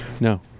no